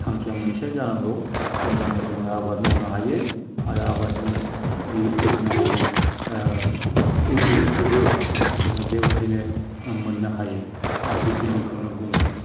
थांखिया मोनसेआनो जानांगौ होमब्लानो जोङो आबाद मावनो हायो आरो आबादनि इउनाबो इउनखौबो जोङो बेबायदिनो मोन्नो हायो आं बेखिनिखौनो बुंबाय